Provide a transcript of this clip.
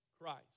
Christ